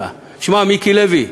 תשמע, מיקי לוי,